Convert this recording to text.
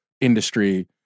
industry